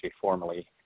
formally